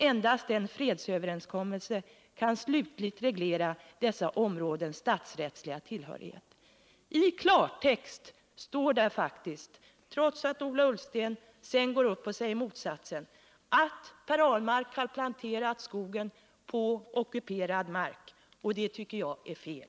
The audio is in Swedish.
Endast en fredsöverenskommelse kan slutligt reglera dessa områdens statsrättsliga tillhörighet.” I klartext står där faktiskt — trots att Ola Ullsten sedan går upp och påstår motsatsen — att Per Ahlmark har planterat skogen på ockuperad mark, och det tycker jag är fel.